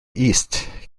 east